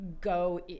go